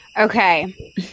Okay